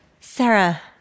Sarah